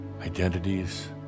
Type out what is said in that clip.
identities